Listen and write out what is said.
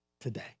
today